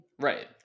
Right